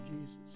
Jesus